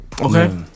Okay